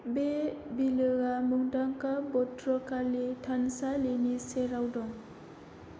बे बिलोआ मुंदांखा भद्रकालि थानसालिनि सेराव दं